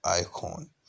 icon